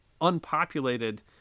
unpopulated